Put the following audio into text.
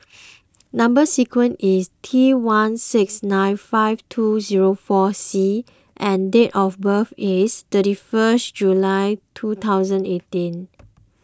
Number Sequence is T one six nine five two zero four C and date of birth is thirty first July two thousand eighteen